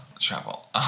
travel